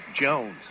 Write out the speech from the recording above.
Jones